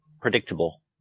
predictable